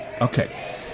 Okay